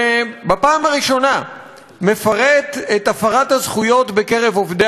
שבפעם הראשונה מפרט את הפרת הזכויות בקרב עובדי